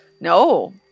No